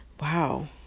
Wow